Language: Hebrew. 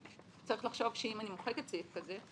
צריך לחשוב שאם אני מוחקת סעיף כזה,